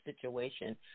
situation